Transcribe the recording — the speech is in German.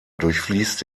durchfließt